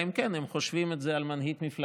אלא אם כן חושבים את זה על מנהיג מפלגתם.